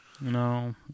No